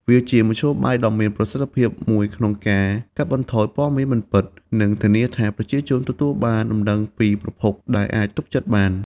វាជាមធ្យោបាយដ៏មានប្រសិទ្ធភាពមួយក្នុងការកាត់បន្ថយព័ត៌មានមិនពិត និងធានាថាប្រជាជនទទួលបានដំណឹងពីប្រភពដែលអាចទុកចិត្តបាន។